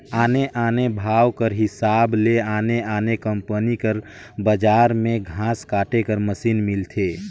आने आने भाव कर हिसाब ले आने आने कंपनी कर बजार में घांस काटे कर मसीन मिलथे